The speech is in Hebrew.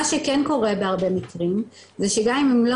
מה שכן קורה בהרבה מקרים זה גם אם לא